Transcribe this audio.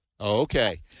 Okay